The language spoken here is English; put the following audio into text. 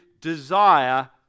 desire